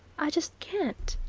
i just can't.